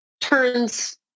turns